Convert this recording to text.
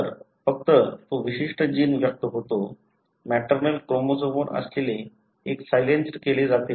तर फक्त तो विशिष्ट जीन व्यक्त होतो मॅटर्नल क्रोमोझोमवर असलेले एक सायलेन्सड केले जाते